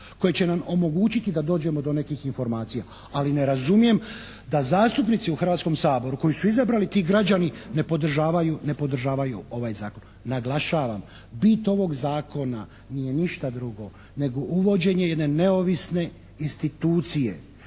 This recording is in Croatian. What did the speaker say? koje će nam omogućiti da dođemo do nekih informacija, ali ne razumijem da zastupnici u Hrvatskom saboru koje su izabrali ti građani, ne podržavaju ovaj zakon. Naglašavam, bit ovog zakona nije ništa drugo nego uvođenje jedne neovisne institucije